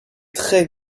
très